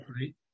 right